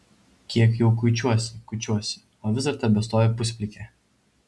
kiek jau kuičiuosi kuičiuosi o vis dar tebestoviu pusplikė